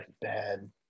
bad